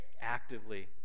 actively